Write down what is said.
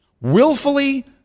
willfully